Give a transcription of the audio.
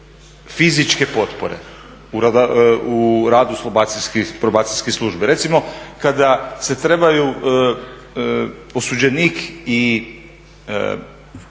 fizičke potpore u radu probacijskih služba. Recimo kada se trebaju osuđenik i